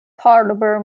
harbor